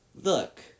look